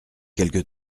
quelque